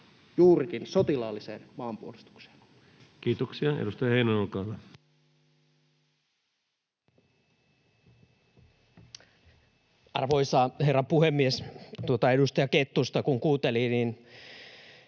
juurikin sotilaalliseen maanpuolustukseen. Kiitoksia. — Edustaja Heinonen, olkaa hyvä. Arvoisa herra puhemies! Tuota edustaja Kettusta kun kuunteli, ei